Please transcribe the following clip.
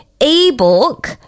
ebook